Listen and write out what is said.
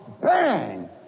Bang